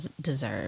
deserve